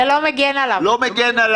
זה לא מגן עליו,